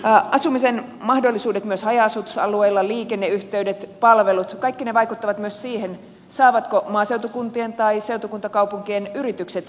asumisen mahdollisuudet myös haja asutusalueilla liikenneyhteydet palvelut kaikki ne vaikuttavat myös siihen saavatko maaseutukuntien tai seutukuntakaupunkien yritykset työvoimaa